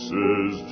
Says